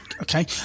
Okay